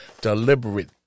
deliberate